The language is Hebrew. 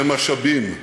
הנוהרים, ובמשאבים.